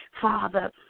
Father